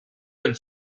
del